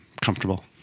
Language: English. comfortable